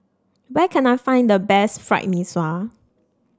where can I find the best Fried Mee Sua